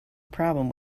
problem